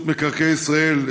רשות מקרקעי ישראל,